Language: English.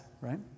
right